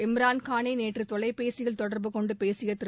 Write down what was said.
இம்ரான்கானை நேற்று தொலைபேசியில் தொடர்பு கொண்டு பேசிய திரு